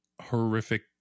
horrific